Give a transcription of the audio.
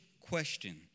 question